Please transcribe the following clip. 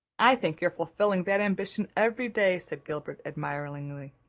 i think you're fulfilling that ambition every day, said gilbert admiringly.